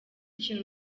kintu